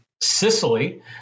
Sicily